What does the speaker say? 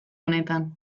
honetan